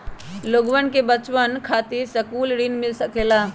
हमलोगन के बचवन खातीर सकलू ऋण मिल सकेला?